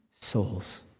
souls